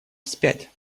вспять